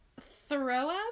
throw-up